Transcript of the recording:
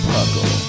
Puckle